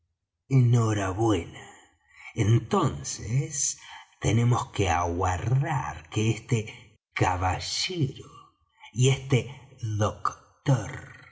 entonces tenemos que aguardar que este caballero y este doctor